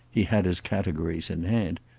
he had his categories in hand.